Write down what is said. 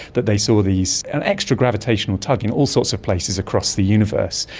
that they saw these, an extra gravitational tug in all sorts of places across the universe.